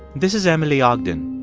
this is emily ogden.